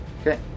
Okay